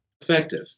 effective